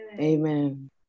amen